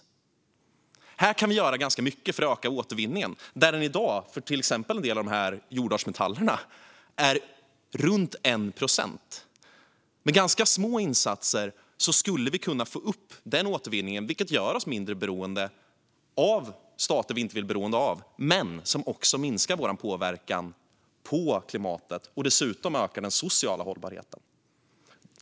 Här kan vi göra ganska mycket för att öka återvinningen som i dag, till exempel för en del av jordartsmetallerna, är runt 1 procent. Med ganska små insatser skulle vi kunna få upp den återvinningen, vilket gör oss mindre beroende av stater vi inte vill vara beroende av, minskar vår påverkan på klimatet och dessutom ökar den sociala hållbarheten.